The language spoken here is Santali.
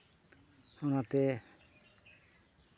ᱚᱱᱟᱛᱮ